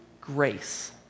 Grace